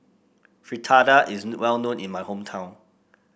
fritada is well known in my hometown